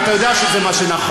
ואתה יודע שזה מה שנכון.